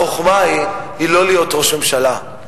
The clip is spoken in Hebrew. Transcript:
החוכמה היא לא להיות ראש ממשלה,